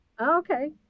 Okay